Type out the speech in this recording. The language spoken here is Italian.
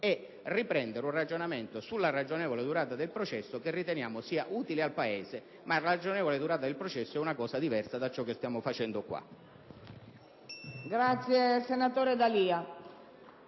e riprendere un ragionamento sulla ragionevole durata del processo che riteniamo sia utile al Paese, ma la ragionevole durata del processo è una cosa diversa da ciò che stiamo facendo in